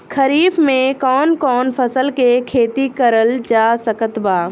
खरीफ मे कौन कौन फसल के खेती करल जा सकत बा?